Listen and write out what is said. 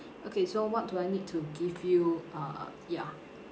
okay so what do I need to give you uh ya